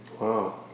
Wow